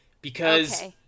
Because-